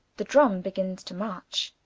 the drumme begins to march.